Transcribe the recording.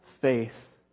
faith